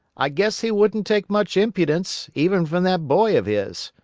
i guess he wouldn't take much impudence, even from that boy of his.